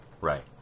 Right